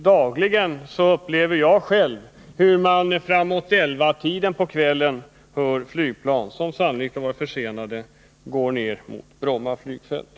Jag hör själv varje kväll framemot 23-tiden flygplan — sannolikt försenade gå ned mot Bromma flygfält.